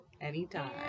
Anytime